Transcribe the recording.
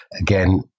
Again